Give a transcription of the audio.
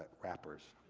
wrappers.